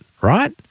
Right